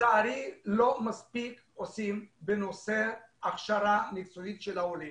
לצערי לא מספיק עושים בנושא הכשרה מקצועית של העולים.